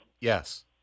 Yes